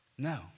No